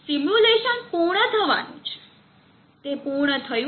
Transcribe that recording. simulation પૂર્ણ થવાનું છે તે પૂર્ણ થયું